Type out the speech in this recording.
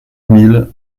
mille